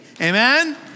amen